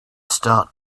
start